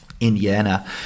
Indiana